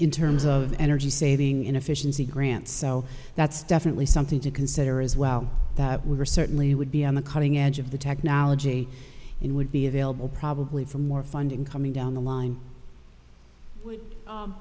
in terms of energy saving inefficiency grants so that's definitely something to consider as well that we were certainly would be on the cutting edge of the technology in would be available probably for more funding coming down the line